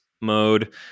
mode